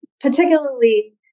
particularly